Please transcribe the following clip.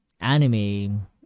anime